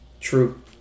true